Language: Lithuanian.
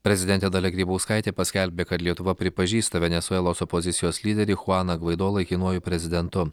prezidentė dalia grybauskaitė paskelbė kad lietuva pripažįsta venesuelos opozicijos lyderį chuaną gvaido laikinuoju prezidentu